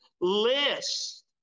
list